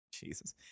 Jesus